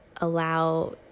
allow